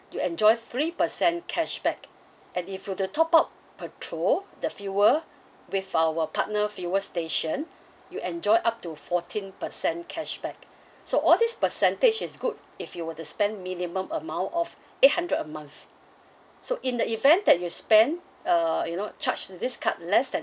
you enjoy three percent cashback and if you were to top up patrol the fuel with our partner fuel station you enjoy up to fourteen percent cashback so all this percentage is good if you were to spend minimum amount of eight hundred a month so in the event that you spent uh you know charge this card less than